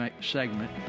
segment